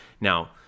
Now